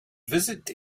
visit